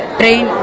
train